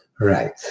Right